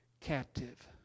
captive